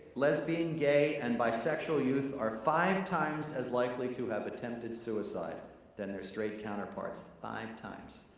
lesbian, gay and bisexual youth are five times as likely to have attempted suicide than their straight counterparts. five times.